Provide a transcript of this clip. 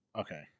Okay